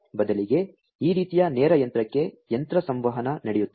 ಬದಲಿಗೆ ಈ ರೀತಿಯ ನೇರ ಯಂತ್ರಕ್ಕೆ ಯಂತ್ರ ಸಂವಹನ ನಡೆಯುತ್ತದೆ